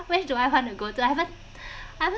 where do I want to go to I haven't I haven't